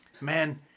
man